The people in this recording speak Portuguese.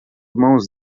mãos